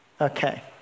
Okay